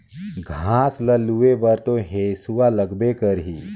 घास ल लूए बर तो हेसुआ लगबे करही